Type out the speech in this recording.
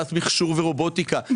הכנסת מכשור ורובוטיקה.